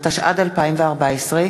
התשע"ד 2014,